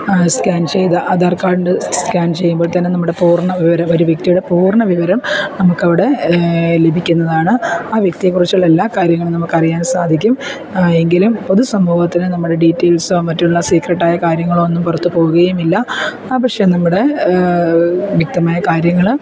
scan ചെയ്ത് ആധാർ കാഡിൻ്റെ scan ചെയ്യുമ്പോഴത്തേനും നമ്മുടെ പൂർണ്ണ വിവരം ഒരു വ്യക്തിയുടെ പൂർണ്ണ വിവരം നമുക്കവിടെ ലഭിക്കുന്നതാണ് ആ വ്യക്തിയേക്കുറിച്ചുള്ള എല്ലാ കാര്യങ്ങളും നമുക്കറിയാൻ സാധിക്കും എങ്കിലും പൊതു സമൂഹത്തിന് നമ്മുടെ ഡീറ്റെയിൽസോ മറ്റുള്ള സീക്രെട്ടായ കാര്യങ്ങളോ ഒന്നും പുറത്തു പോകുകയുമില്ല ആ പക്ഷെ നമ്മുടെ മിത്തമായ കാര്യങ്ങൾ